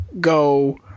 go